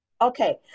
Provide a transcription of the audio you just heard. Okay